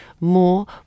more